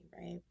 right